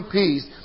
peace